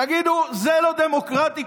תגידו: זה לא דמוקרטי,